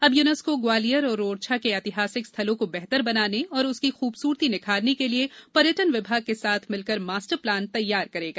अब यूनेस्को ग्वालियर और ओरछा के ऐतिहासिक स्थलों को बेहतर बनाने और उसकी खूबसूरती निखारने के लिए पर्यटन विभाग के साथ मिलकर मास्टर प्लान तैयार करेगा